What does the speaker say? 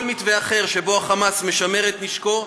כל מתווה אחר שבו החמאס משמר את נשקו,